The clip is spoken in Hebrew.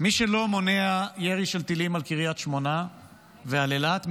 מי שלא מונע ירי של טילים על קריית שמונה ועל אילת,